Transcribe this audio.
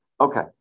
okay